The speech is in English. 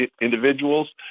individuals